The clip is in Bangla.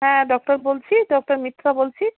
হ্যাঁ ডক্টর বলছি ডক্টর মিত্র বলছি